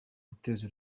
guteza